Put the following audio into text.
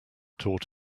taught